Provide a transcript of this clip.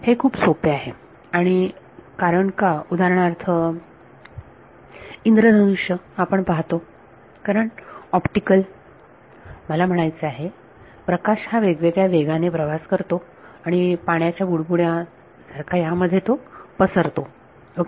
हे खूप सोपे आहे आणि कारण का उदाहरणार्थ इंद्रधनुष्य आपण पाहतो कारण ऑप्टिकल मला म्हणायचं आहे प्रकाश हा वेगवेगळ्या वेगाने प्रवास करतो आणि पाण्याच्या बुडबुडे यांमध्ये तो पसरतो ओके